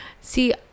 See